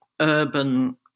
urban